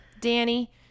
danny